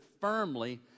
firmly